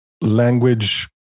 language